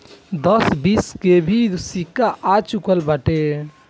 दस बीस के भी सिक्का आ चूकल बाटे